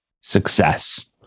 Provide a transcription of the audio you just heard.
success